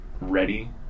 ready